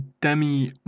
demi